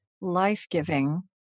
life-giving